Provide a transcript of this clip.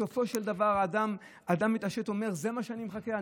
בסופו של דבר האדם מתעשת ואומר: זה מה שאני מחכה לו?